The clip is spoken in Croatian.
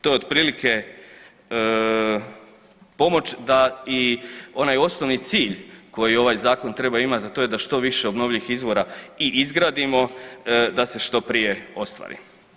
To je otprilike pomoć da i onaj osnovi cilj koji ovaj zakon treba imati, a to je da što više obnovljivih izvora i izgradimo da se što prije ostvari.